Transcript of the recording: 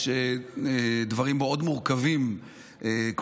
יש דברים מורכבים מאוד,